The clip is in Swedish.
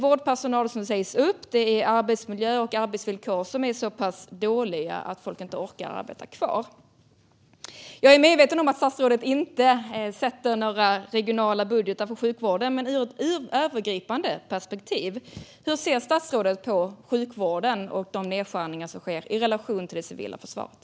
Vårdpersonal sägs upp, och arbetsmiljö och arbetsvillkor är så pass dåliga att folk inte orkar arbeta kvar. Jag är medveten om att statsrådet inte sätter några regionala budgetar för sjukvården, men ur ett övergripande perspektiv undrar jag hur statsrådet ser på de nedskärningar som sker i sjukvården i relation till det civila försvaret.